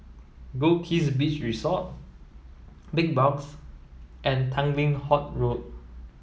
Goldkist Beach Resort Big Box and Tanglin Halt Road